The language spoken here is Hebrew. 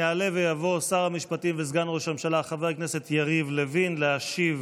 יעלה ויבוא שר המשפטים וסגן ראש הממשלה חבר הכנסת יריב לוין להשיב